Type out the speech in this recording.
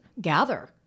gather